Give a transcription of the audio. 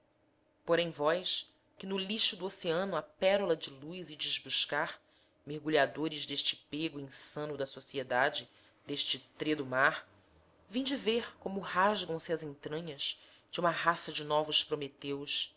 porém vós que no lixo do oceano a pérola de luz ides buscar mergulhadores deste pego insano da sociedade deste tredo mar vinde ver como rasgam se as entranhas de uma raça de novos prometeus